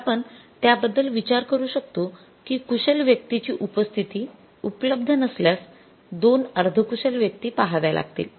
तर आपण त्याबद्दल विचार करू शकतो की कुशल व्यक्तीची उपस्थिती उपलब्ध नसल्यास २ अर्ध कुशल व्यक्ती पाहाव्या लागतील